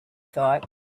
thought